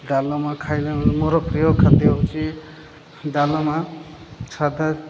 ଡାଲ୍ମା ଖାଇଲା ମୋର ପ୍ରିୟ ଖାଦ୍ୟ ହେଉଛି ଡାଲ୍ମା ସାଧା